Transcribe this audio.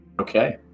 Okay